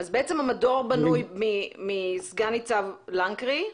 למעשה, המדור בנוי מסגן ניצב לנקרי,